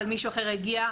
אבל מישהו אחר יגיע,